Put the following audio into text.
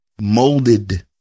molded